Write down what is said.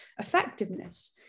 effectiveness